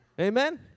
Amen